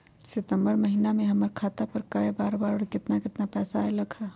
सितम्बर महीना में हमर खाता पर कय बार बार और केतना केतना पैसा अयलक ह?